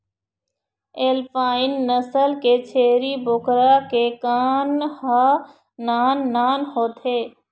alpine नसल के छेरी बोकरा के कान ह नान नान होथे